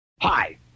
Hi